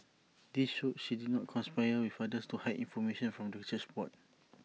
this showed she did not conspire with others to hide information from the church board